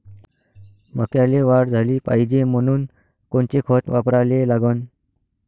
मक्याले वाढ झाली पाहिजे म्हनून कोनचे खतं वापराले लागन?